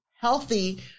healthy